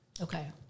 okay